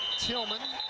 tilghman,